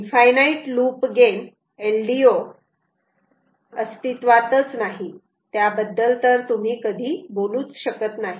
infinite loop gain LDO अस्तित्वातच नाही त्याबद्दल तुम्ही कधी बोलूच शकत नाही